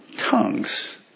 tongues